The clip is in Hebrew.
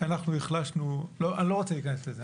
שאנחנו החלשנו לא, אני לא רוצה להיכנס לזה.